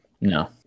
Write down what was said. No